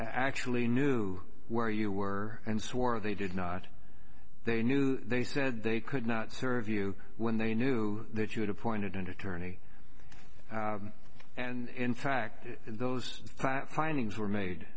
actually knew where you were and swore they did not they knew they said they could not serve you when they knew that you had appointed attorney and in fact those flat findings were made